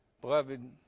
Beloved